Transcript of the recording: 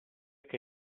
che